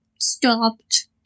stopped